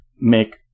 make